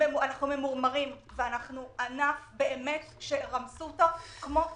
ואנחנו ממורמרים ואנחנו ענף שרמסו אותו כמו ג'וק.